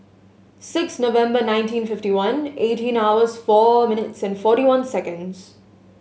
six November nineteen fifty one eighteen hours four minutes and forty one seconds